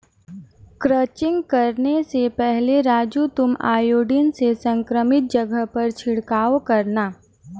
crutching करने से पहले राजू तुम आयोडीन से संक्रमित जगह पर छिड़काव करना